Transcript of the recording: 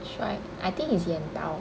帅 I think he's yan dao